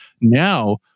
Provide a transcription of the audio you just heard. Now